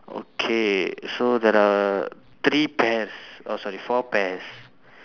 okay so there are three pears oh sorry four pears